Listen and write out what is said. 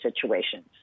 situations